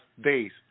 days